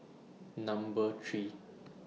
Number three